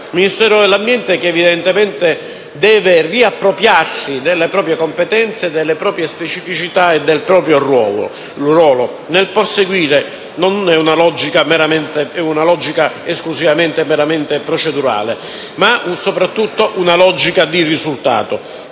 del Ministero dell'ambiente, che evidentemente deve riappropriarsi delle proprie competenze, delle proprie specificità e del proprio ruolo nel perseguire non una logica meramente procedurale ma una logica di risultato,